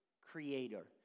creator